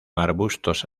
arbustos